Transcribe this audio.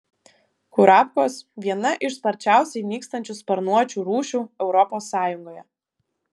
kurapkos viena iš sparčiausiai nykstančių sparnuočių rūšių europos sąjungoje